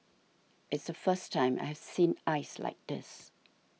it's the first time I have seen ice like this